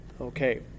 Okay